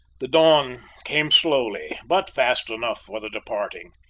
the dawn came slowly, but fast enough for the departing,